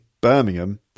Birmingham